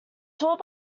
taught